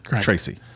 Tracy